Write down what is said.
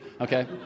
Okay